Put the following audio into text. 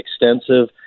extensive